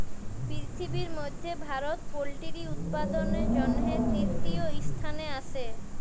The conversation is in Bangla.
পিরথিবির ম্যধে ভারত পোলটিরি উৎপাদনের জ্যনহে তীরতীয় ইসথানে আসে